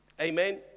Amen